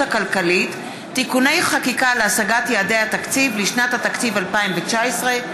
הכלכלית (תיקוני חקיקה להשגת יעדי התקציב לשנת התקציב 2019),